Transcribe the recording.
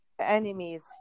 enemies